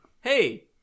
Hey